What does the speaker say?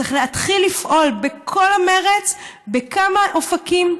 צריך להתחיל לפעול בכל המרץ בכמה אופקים,